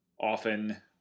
Often